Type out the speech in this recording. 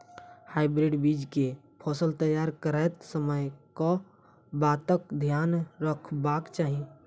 Hybrid बीज केँ फसल तैयार करैत समय कऽ बातक ध्यान रखबाक चाहि?